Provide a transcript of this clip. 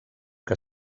que